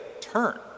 turn